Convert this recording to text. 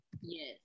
Yes